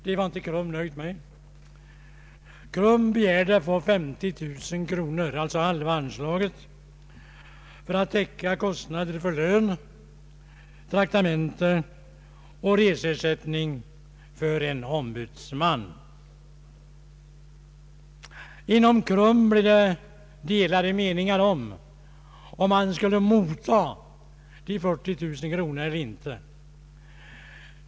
Det var inte KRUM nöjd med, utan begärde 50 000 kronor — alltså halva anslaget — för att täcka kostnaderna för lön, traktamente och reseersättning till en ombudsman. Inom KRUM rådde delade meningar om huruvida man skulle mottaga de 40 000 kronorna eller inte.